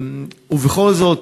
ובכל זאת,